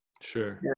Sure